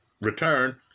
return